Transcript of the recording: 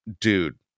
dude